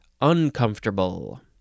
uncomfortable